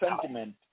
sentiment